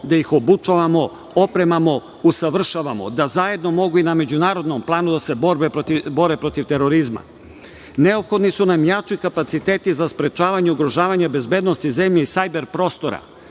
da ih obučavamo, opremamo, usavršavamo, da zajedno mogu i na međunarodnom planu da se bore protiv terorizma. Neophodni su nam jači kapaciteti za sprečavanje i ugrožavanje bezbednosti zemlje i sajber prostora,